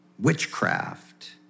witchcraft